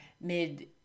mid